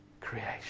creation